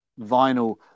vinyl